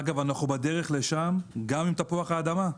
אגב, אנחנו בדרך לשם גם עם תפוח האדמה.